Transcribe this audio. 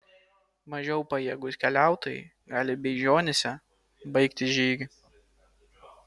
mažiau pajėgūs keliautojai gali beižionyse baigti žygį